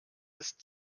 ist